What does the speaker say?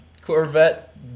corvette